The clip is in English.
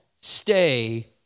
stay